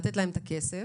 לתת להם את הכסף